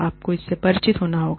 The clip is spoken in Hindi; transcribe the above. आपको इससे परिचित होना होगा